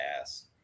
ass